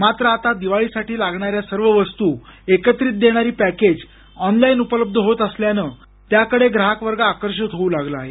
मात्र आता दिवाळीसाठी लागणाऱ्या सर्व वस्तू एकत्रित देणारी पॅकेज ऑनलाईन उपलब्ध होत असल्यानं त्याकडे ग्राहक वर्ग आकर्षित होऊ लागला आहे